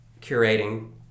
curating